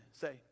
say